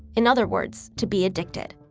in other words, to be addicted.